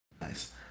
Nice